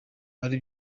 hari